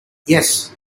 yes